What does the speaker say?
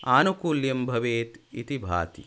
आनुकूल्यं भवेत् इति भाति